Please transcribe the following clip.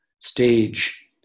stage